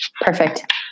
Perfect